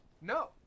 no